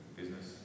business